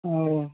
ହଉ